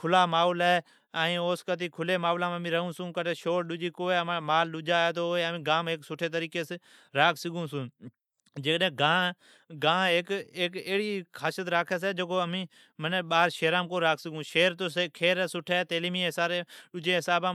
کھلا ماحول ہے ائین او سون کرتی امین کھلی ماحولام ریھون چھون۔ سور ڈجا کونی ہے ائین امین آپکا مال ڈجا راکھ سگھون چھون۔ گان ھیک خاصیت راکھی، شھر ٹھیک ہے،